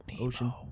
ocean